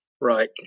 Right